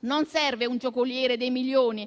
Non serve un giocoliere dei milioni;